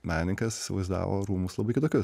menininkas įsivaizdavo rūmus labai kitokius